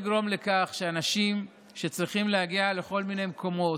לא לגרום לכך שאנשים שצריכים להגיע לכל מיני מקומות,